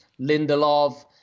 Lindelof